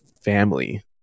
family